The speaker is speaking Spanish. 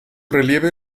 relieve